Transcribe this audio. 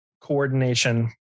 coordination